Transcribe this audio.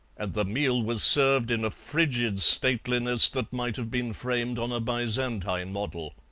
and the meal was served in a frigid stateliness that might have been framed on a byzantine model.